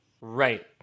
Right